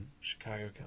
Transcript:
Chicago